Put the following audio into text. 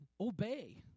Obey